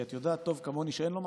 כי את יודעת טוב כמוני שאין לו מקום.